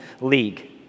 league